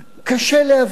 קשה להבין.